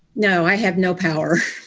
no, i have no power.